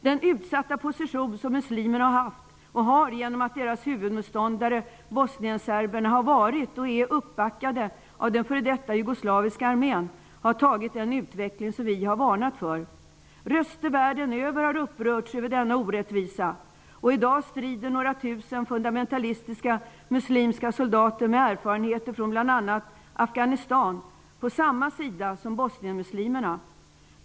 Den utsatta situation som muslimerna har varit och är i genom att deras huvudmotståndare, bosnienserberna, har varit och är uppbackade av den f.d. jugoslaviska armén har tagit den utveckling som vi har varnat för. Röster världen över har upprörts över denna orättvisa. I dag strider några tusen fundamentalistiska muslimska soldater med erfarenheter från bl.a. Afghanistan på samma sida som bosnienmuslimerna.